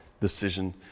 decision